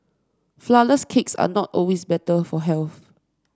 flourless cakes are not always better for health